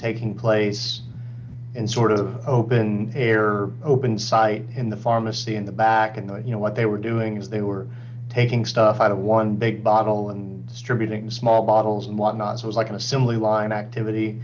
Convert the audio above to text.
taking place in sort of open air or open side in the pharmacy in the back and you know what they were doing is they were taking stuff out of one big bottle and distributing small bottles what knowledge was like an assembly line activity